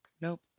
Nope